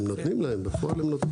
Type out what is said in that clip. הם נותנים להם בפועל.